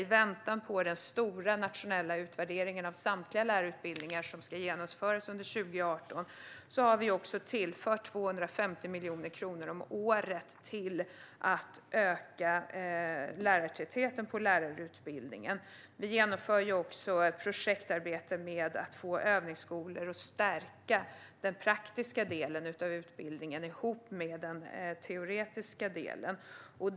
I väntan på den stora nationella utvärdering av samtliga lärarutbildningar som ska genomföras under 2018 har vi tillfört 250 miljoner kronor om året till att öka lärartätheten på lärarutbildningen. Vi genomför också ett projektarbete med att få övningsskolor och att stärka den praktiska delen av utbildningen ihop med den teoretiska delen.